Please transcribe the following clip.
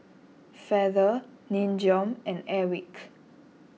Feather Nin Jiom and Airwick